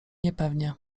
niepewnie